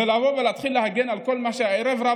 ולהתחיל להגן על כל מה שקורה הערב,